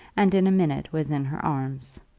and in a minute was in her arms.